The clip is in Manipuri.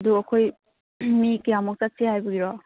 ꯑꯗꯨ ꯑꯩꯈꯣꯏ ꯃꯤ ꯀꯌꯥꯃꯨꯛ ꯆꯠꯁꯦ ꯍꯥꯏꯕꯒꯤꯔꯣ